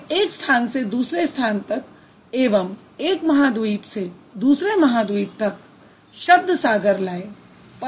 वे एक स्थान से दूसरे स्थान तक एवं एक महाद्वीप से दूसरे महाद्वीप तक शब्दसागर लाये